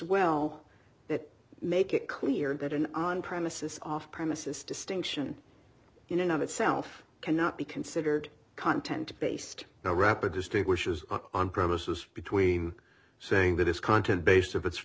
well that make it clear that an on premises off premises distinction in and of itself cannot be considered content based no rapid distinguishes on premises between saying that it's content based if it's